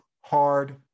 hard